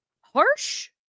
harsh